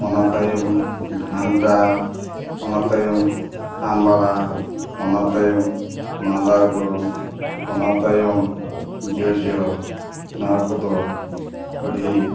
ᱚᱱᱟ ᱛᱟᱭᱚᱢ ᱜᱷᱟᱱᱴᱟᱲ ᱚᱱᱟ ᱛᱟᱭᱚᱢ ᱟᱢᱲᱟ ᱚᱱᱟ ᱛᱟᱭᱚᱢ ᱢᱟᱫᱟᱨ ᱜᱚᱢ ᱚᱱᱟ ᱛᱟᱭᱚᱢ ᱡᱚᱡᱚ ᱱᱚᱣᱟ ᱠᱚᱫᱚ ᱟᱹᱰᱤ